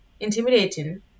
intimidating